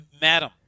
Madam